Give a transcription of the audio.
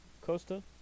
costa